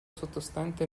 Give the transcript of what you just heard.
sottostante